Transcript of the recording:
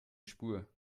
spur